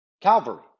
Calvary